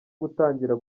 gutangira